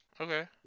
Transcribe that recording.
Okay